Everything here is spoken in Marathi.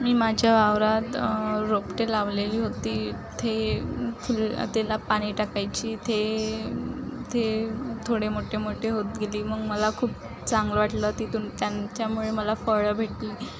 मी माझ्या वावरात रोपटे लावलेली होती ते त्याला पाणी टाकायची ते ते थोडे मोठे मोठे होत गेली मग मला खूप चांगलं वाटलं तिथून त्यांच्यामुळे मला फळं भेटली